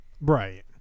Right